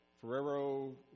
Ferrero